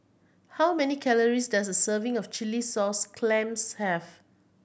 how many calories does a serving of chilli sauce clams have